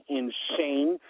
insane